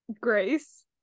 Grace